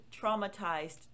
traumatized